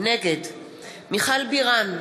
נגד מיכל בירן,